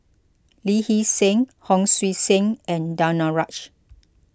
Lee Hee Seng Hon Sui Sen and Danaraj